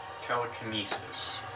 Telekinesis